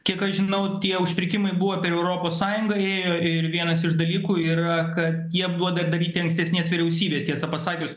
kiek aš žinau tie užpirkimai buvo europos sąjungai ir vienas iš dalykų yra kad jie buvo dar daryti ankstesnės vyriausybės tiesą pasakius